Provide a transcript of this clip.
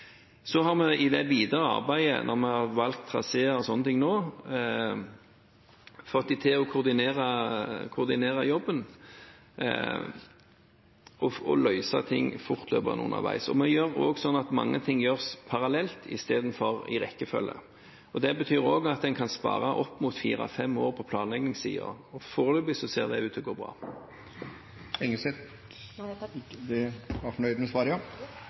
Så har vi i det videre arbeidet nå, når vi har valgt traseer og sånne ting, fått dem til å koordinere jobben og løse ting fortløpende underveis. Vi gjør det også slik at mange ting gjøres parallelt istedenfor i rekkefølge. Det betyr at en kan spare opp mot fire–fem år på planleggingssiden, og foreløpig ser det ut til å gå bra.